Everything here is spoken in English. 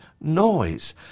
noise